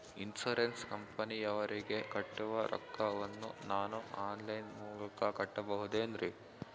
Insurance ಕಂಪನಿಯವರಿಗೆ ಕಟ್ಟುವ ರೊಕ್ಕ ವನ್ನು ನಾನು ಆನ್ ಲೈನ್ ಮೂಲಕ ಕಟ್ಟಬಹುದೇನ್ರಿ?